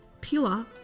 pure